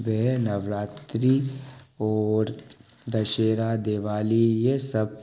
व नवरात्रि और दशहरा दिवाली ये सब